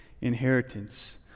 inheritance